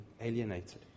alienated